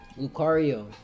Lucario